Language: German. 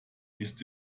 ist